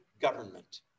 government